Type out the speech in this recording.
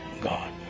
God